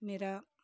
मेरा